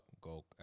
go